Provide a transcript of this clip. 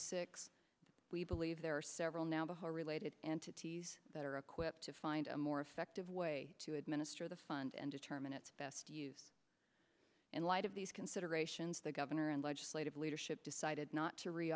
six we believe there are several now before related entities that are equipped to find a more effective way to administer the fund and determine its best use in light of these considerations the governor and legislative leadership decided not to re